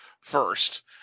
first